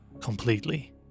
completely